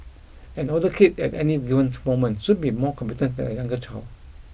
an older kid at any given to moment should be more competent than a younger child